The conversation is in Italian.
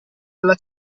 alla